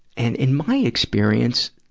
and in my experience,